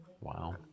Wow